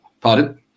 Pardon